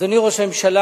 אדוני ראש הממשלה,